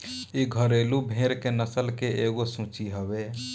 इ घरेलु भेड़ के नस्ल के एगो सूची हवे